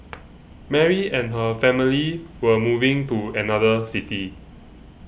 Mary and her family were moving to another city